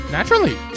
Naturally